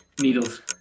Needles